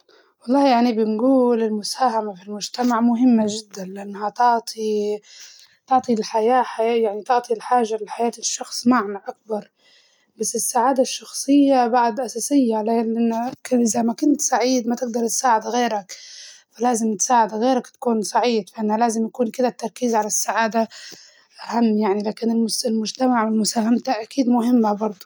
والله يعني بنقول المساهمة في المجتمع مهمة جداً لأنها تعطي تعطي الحياة حياة يعني تعطي الحاجة لحياة الشخص معنى أكبر، بس السعادة الشخصية بعد أساسية لأن إزا ما كنت سعيد ما تقدر تساعد غيرك، ولازم تساعد غيرك تكون سعيد فأنا لازم أكون كدة التركيز على السعادة أهم يعني إذا كان المس- المجتمع كدة مساهمته أكيد مهمة برضه.